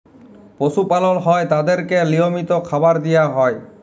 পশু পালল হ্যয় তাদেরকে লিয়মিত খাবার দিয়া হ্যয়